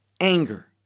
anger